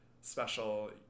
special